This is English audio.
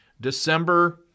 December –